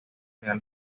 real